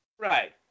Right